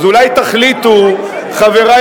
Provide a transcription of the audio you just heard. אז אולי תחליטו, חברי